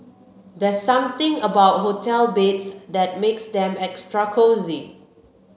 there's something about hotel beds that makes them extra cosy